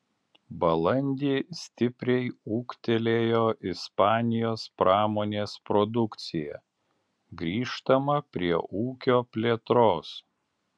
balandį stipriai ūgtelėjo ispanijos pramonės produkcija grįžtama prie ūkio plėtros